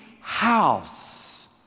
house